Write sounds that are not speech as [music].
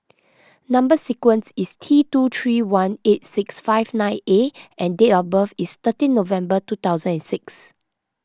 [noise] Number Sequence is T two three one eight six five nine A and date of birth is thirteen November two thousand and six